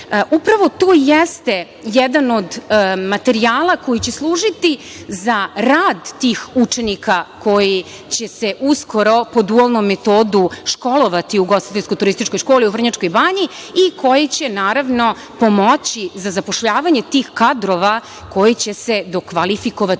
Upravo tu jeste jedan od materijala koji će služiti za rad tih učenika koji će se uskoro po dualnom metodu školovati u Ugostiteljsko-turističkoj školi u Vrnjačkoj Banji i koji će pomoći za zapošljavanje tih kadrova koji će se dokvalifikovati,